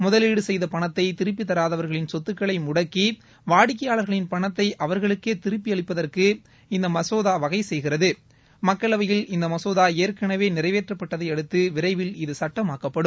முதலீடு செய்த பணத்தை திருப்பித் தராதவர்களின் சொத்துக்களை முடக்கி வாடிக்கையாளரின் பணத்தை அவர்களுக்கே திருப்பி அளிப்பதற்கு இந்த மனோதா வகை செய்கிறதுமக்களவையில் இந்த மசோதா ஏற்கனவே நிறைவேற்றப்பட்டதையடுத்து விரைவில் இது சுட்டமாக்கப்படும்